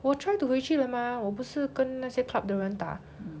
我 try to 回去了吗我不是跟那些 club 的人打